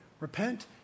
Repent